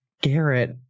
Garrett